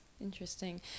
Interesting